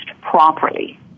properly